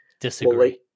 Disagree